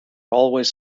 always